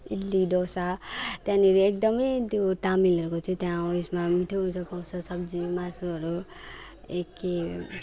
इडली डोसा त्यहाँनेर एकदम त्यो तमिलहरूको चाहिँ त्याँ उयसमा मिठो मिठो पाउँछ सब्जी मासुहरू एक के